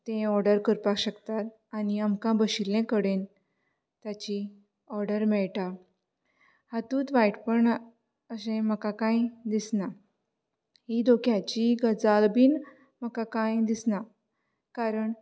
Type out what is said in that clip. तें ऑर्डर करपाक शकता आनी आमकां बशिल्ले कडेन ताची ऑर्डर मेळटा हातूंत वायट पूण म्हाका अशें कांय दिसना ही धोक्याचीय गजाल बीन म्हाका कांय दिसना कारण